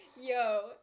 Yo